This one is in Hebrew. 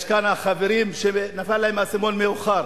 יש כמה חברים שנפל להם האסימון מאוחר.